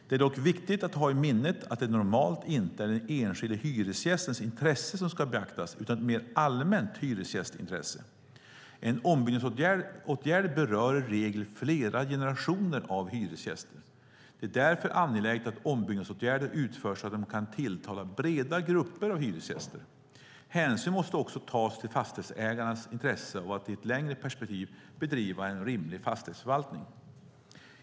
Det är dock viktigt att ha i minnet att det normalt inte är den enskilde hyresgästens intresse som ska beaktas utan ett mer allmänt hyresgästintresse. En ombyggnadsåtgärd berör i regel flera generationer av hyresgäster. Det är därför angeläget att ombyggnadsåtgärder utförs så att de kan tilltala breda grupper av hyresgäster. Hänsyn måste också tas till fastighetsägarens intresse av att i ett längre perspektiv bedriva en rimlig fastighetsförvaltning.